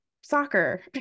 soccer